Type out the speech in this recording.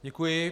Děkuji.